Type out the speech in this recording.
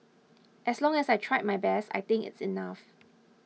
as long as I tried my best I think it is enough